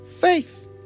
faith